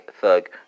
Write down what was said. thug